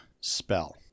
spell